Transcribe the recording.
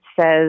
says